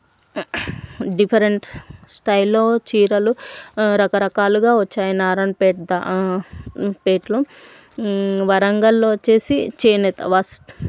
different స్టైల్లో చీరలు రకరకాలుగా వచ్చాయి నారాయణ పేట్ పేటలో వరంగల్లో వచ్చేసి చేనేత